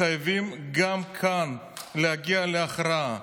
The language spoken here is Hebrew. חייבים גם כאן להגיע להכרעה.